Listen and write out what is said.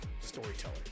storyteller